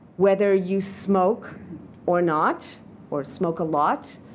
whether you smoke or not or smoke a lot.